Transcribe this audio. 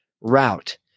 route